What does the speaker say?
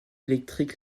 électriques